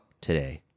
today